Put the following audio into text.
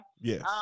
yes